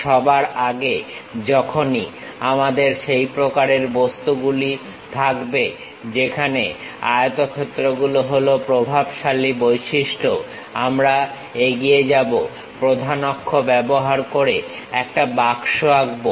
সবার আগে যখনই আমাদের সেই প্রকারের বস্তুগুলো থাকবে যেখানে আয়তক্ষেত্রগুলো হল প্রভাবশালী বৈশিষ্ট্য আমরা এগিয়ে যাব প্রধান অক্ষ ব্যবহার করে একটা বাক্স আঁকবো